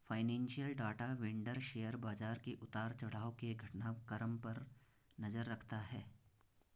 financial data vendor share बाजार के उतार चढ़ाव के घटनाक्रम पर नजर रखता है